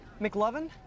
McLovin